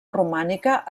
romànica